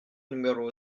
numéro